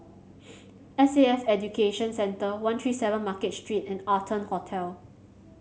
S A F Education Centre One Three Seven Market Street and Arton Hotel